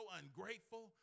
ungrateful